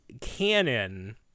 canon